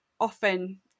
often